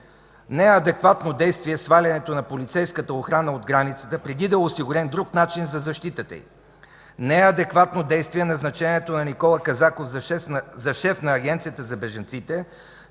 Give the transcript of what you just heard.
е адекватно действие свалянето на полицейската охрана от границата, преди да е осигурен друг начин за защитата й. Не е адекватно действие назначението на Никола Казаков за шеф на Агенцията за бежанците,